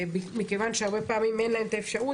ומכיוון שהרבה פעמים אין להם את האפשרות,